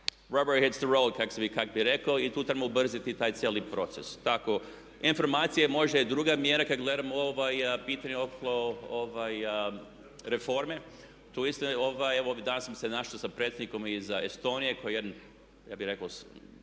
gdje se kaže … kak bi reko i tu trebamo ubrzati tu taj cijeli proces. Tako informacije, možda i druga mjera kad gledamo ovaj pitanje, reforme, tu isto ovaj, evo danas sam se našao sa predsjednikom iz Estonije koji je jedan ja bi rekao